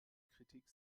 kritik